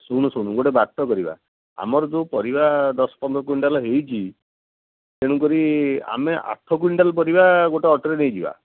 ଶୁଣୁ ଶୁଣୁ ଗୋଟେ ବାଟ କରିବା ଆମର ଯେଉଁ ପରିବା ଦଶ ପନ୍ଦର କୁଇଣ୍ଟାଲ୍ ହୋଇଛି ତେଣୁକରି ଆମେ ଆଠ କୁଇଣ୍ଟାଲ୍ ପରିବା ଗୋଟେ ଅଟୋରେ ନେଇଯିବା